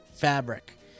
Fabric